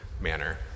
manner